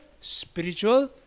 spiritual